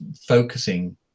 focusing